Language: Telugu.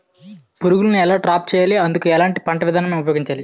పురుగులను ఎలా ట్రాప్ చేయాలి? అందుకు ఎలాంటి పంట విధానం ఉపయోగించాలీ?